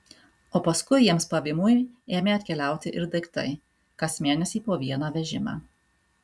o paskui jiems pavymui ėmė atkeliauti ir daiktai kas mėnesį po vieną vežimą